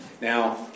now